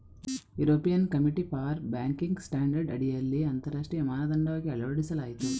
European committee for banking standard ಅಡಿಯಲ್ಲಿ ಅಂತರರಾಷ್ಟ್ರೀಯ ಮಾನದಂಡವಾಗಿ ಅಳವಡಿಸಲಾಯಿತು